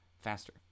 faster